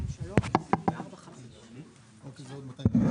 אנחנו רוצים לעשות את הדבר